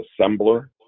assembler